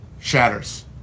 shatters